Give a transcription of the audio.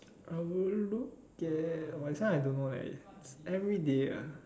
I would look at !wah! this one I don't know leh everyday ah